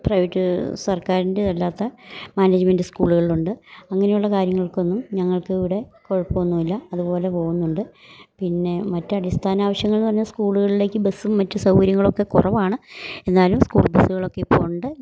private സർക്കാരിൻ്റെ അല്ലാത്ത management സ്കൂളുകളുണ്ട് അങ്ങനെയുള്ള കാര്യങ്ങൾക്കൊന്നും ഞങ്ങൾക്കിവിടെ കുഴപ്പമൊന്നുമില്ല അതു പോലെ പോകുന്നുണ്ട് പിന്നെ മറ്റടിസ്ഥാനാവശ്യങ്ങളെന്നു പറഞ്ഞാൽ സ്കൂളുകളിലേക്ക് ബസ്സും മറ്റു സൗകര്യങ്ങളൊക്കെ കുറവാണ് എന്നാലും സ്കൂൾ ബസ്സുകളൊക്കിപ്പുണ്ട്